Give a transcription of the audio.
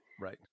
Right